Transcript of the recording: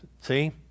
See